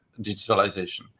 digitalization